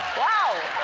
wow.